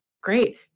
Great